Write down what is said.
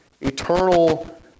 eternal